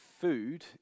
food